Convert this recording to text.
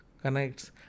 connects